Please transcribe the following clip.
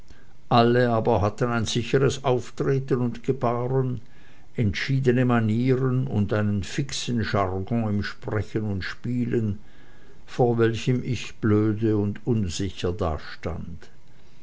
alle aber hatten ein sicheres auftreten und gebaren entschiedene manieren und einen fixen jargon im sprechen und spielen vor welchem ich blöde und unsicher dastand